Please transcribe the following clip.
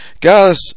Guys